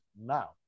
now